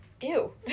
Ew